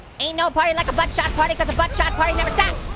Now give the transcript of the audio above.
ain't no party like a buttshot party, cause a buttshot party never stops.